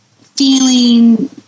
feeling